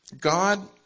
God